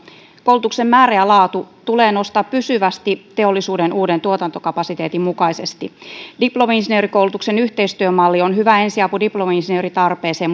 koulutuksen määrä ja laatu tulee nostaa pysyvästi teollisuuden uuden tuotantokapasiteetin mukaisesti diplomi insinöörikoulutuksen yhteistyömalli on hyvä ensiapu diplomi insinööritarpeeseen